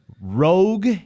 Rogue